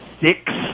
six